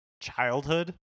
childhood